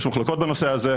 יש החלטות בנושא הזה.